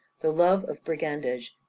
the love of brigandage,